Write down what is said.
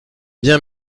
bien